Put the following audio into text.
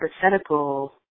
Hypothetical